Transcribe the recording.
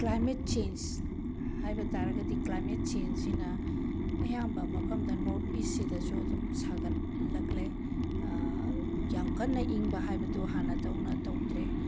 climate change ꯍꯥꯏꯕ ꯇꯥꯔꯒꯗꯤ climate ꯆꯦꯟꯖꯁꯤꯅ ꯑꯌꯥꯝꯕ ꯃꯐꯝꯗ ꯅꯣꯔꯠ ꯏꯁꯁꯤꯗꯁꯨ ꯑꯗꯨꯝ ꯁꯥꯒꯠꯂꯛꯂꯦ ꯌꯥꯝ ꯀꯟꯅ ꯏꯪꯕ ꯍꯥꯏꯕꯗꯣ ꯍꯥꯟꯅꯗꯧꯅ ꯇꯧꯗ꯭ꯔꯦ